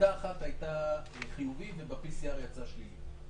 בדיקה אחת הייתה חיובית וב-PCR היא יצאה שלילית.